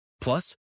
Plus